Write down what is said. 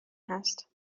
هست